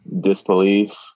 disbelief